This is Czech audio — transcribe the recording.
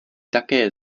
také